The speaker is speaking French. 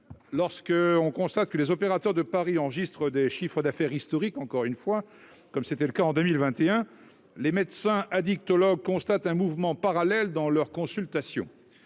lorsque on constate que les opérateurs de paris enregistrent des chiffres d'affaires historique, encore une fois, comme c'était le cas en 2021 les médecin addictologue constate un mouvement parallèle dans leurs consultations,